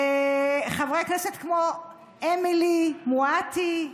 חברי כנסת כמו אמילי מואטי,